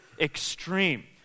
Extreme